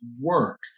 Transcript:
work